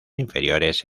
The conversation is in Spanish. inferiores